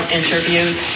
interviews